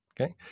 okay